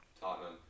Tottenham